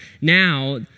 Now